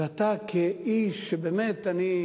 ואתה כאיש שבאמת אני,